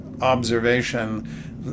observation